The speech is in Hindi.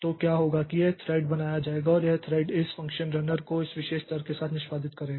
तो क्या होगा कि यह थ्रेड बनाया जाएगा और यह थ्रेड इस फ़ंक्शन रनर को इस विशेष तर्क के साथ निष्पादित करेगा